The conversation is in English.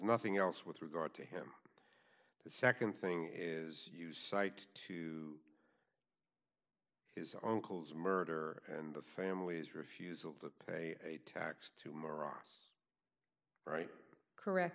nothing else with regard to him the nd thing is you cite to his uncle's murder and the family's refusal to pay a tax to morass right correct